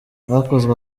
hakozwe